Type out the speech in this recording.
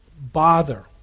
bother